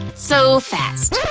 so fast.